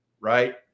right